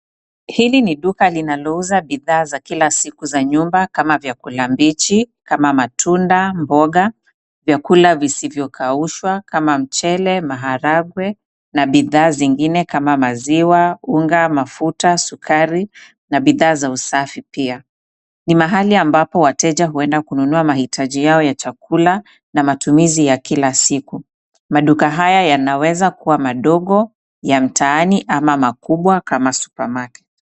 Hili ni duka linalouza bidhaa za kila siku za nyumba, kama vyakula mbichi, kama matunda, mboga, vyakula visivyokaushwa kama mchele, maharagwe, na bidhaa zingine kama maziwa, unga, mafuta, sukari, na bidhaa za usafi pia. Ni mahali ambapo wateja huenda kununua mahitaji yao ya chakula na matumizi ya kila siku. Maduka haya yanaweza kuwa madogo, ya mtaani, ama makubwa kama supermarket .